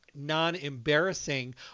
non-embarrassing